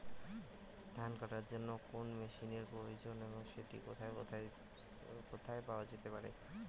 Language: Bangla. ধান কাটার জন্য কোন মেশিনের প্রয়োজন এবং সেটি কোথায় পাওয়া যেতে পারে?